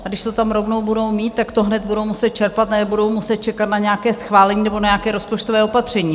A když to tam rovnou budou mít, tak to hned budou muset čerpat a nebudou muset čekat na nějaké schválení nebo na nějaké rozpočtové opatření.